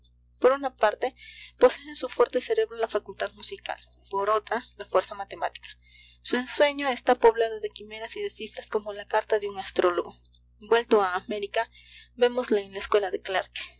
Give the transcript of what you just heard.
por una parte posee en su fuerte cerebro la facultad musical por otra la fuerza matemática su ensueño está poblado de quimeras y de cifras como la carta de un astrólogo vuelto a américa vémosle en la escuela de